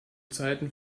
zeiten